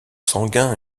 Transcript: sanguins